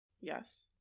Yes